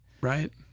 Right